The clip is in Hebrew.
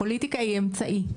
פוליטיקה היא אמצעי,